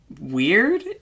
weird